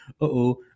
uh-oh